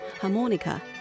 harmonica